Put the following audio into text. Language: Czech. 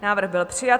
Návrh byl přijat.